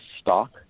stock